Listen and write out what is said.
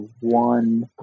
one